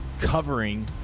covering